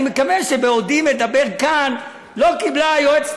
אני מקווה שבעודי מדבר כאן לא קיבלה היועצת